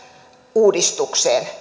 uudistukseen